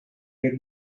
per